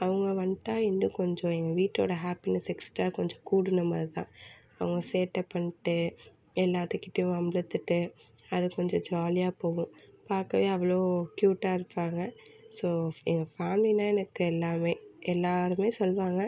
அவங்க வந்துட்டா இன்னும் கொஞ்சம் எங்கள் வீட்டோடய ஹேப்பினஸ் எக்ஸ்ட்ரா கொஞ்சம் கூடின மாதிரி தான் அவங்க சேட்டை பண்ணிட்டு எல்லாத்துக்கிட்டயும் வம்பிழுத்துட்டு அது கொஞ்சம் ஜாலியாக போகும் பார்க்கவே அவ்வளோ க்யூட்டாக இருப்பாங்க ஸோ எங்கள் ஃபேமிலினால் எனக்கு எல்லாமே எல்லோருமே சொல்வாங்க